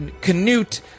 Canute